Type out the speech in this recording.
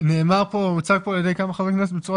שנאמר פה והוצג פה על ידי כמה חברי כנסת בצורה